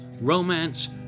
Romance